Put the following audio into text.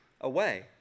away